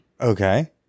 okay